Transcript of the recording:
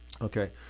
Okay